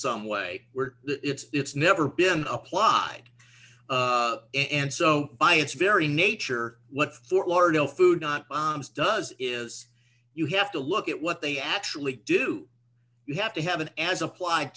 some way where it's never been applied in so by its very nature what fort lauderdale food not bombs does is you have to look at what they actually do you have to have an as applied